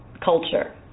culture